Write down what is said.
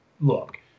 look